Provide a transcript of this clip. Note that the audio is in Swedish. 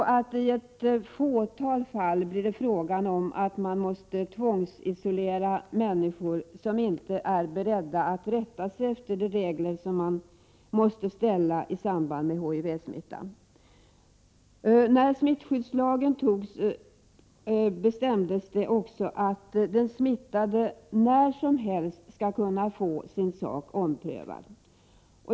I ett fåtal fall blir det fråga om att tvångsisolera människor som inte är beredda att rätta sig efter de regler som måste följas i samband med HIV-smitta. När smittskyddslagen antogs, bestämdes det också att den smittade när som helst skall kunna få sin sak omprövad.